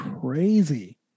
crazy